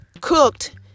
cooked